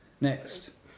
Next